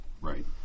Right